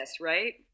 right